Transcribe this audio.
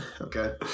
Okay